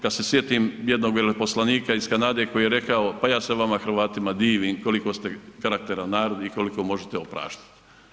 Kad se sjetim jednog veleposlanika iz Kanade koji je rekao pa ja se vama Hrvatima divim koliko ste karakteran narod i koliko možete opraštati.